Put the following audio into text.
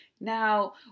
now